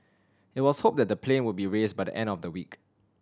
it was hoped the plane would be raised by the end of the week